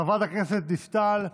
חברת הכנסת דיסטל,